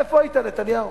איפה היית, נתניהו?